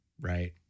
right